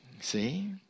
See